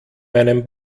meinem